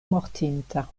mortinta